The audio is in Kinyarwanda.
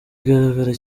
igaragara